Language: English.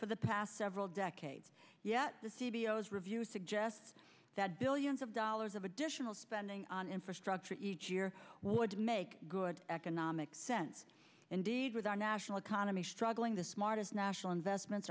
for the past several decades yet the studios review suggests that billions of dollars of additional spending on infrastructure each year would make good economic sense indeed with our national economy struggling the smartest national investments